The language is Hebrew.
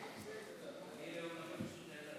בעד?